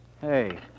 Hey